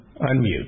Unmute